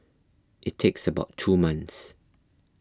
it takes about two months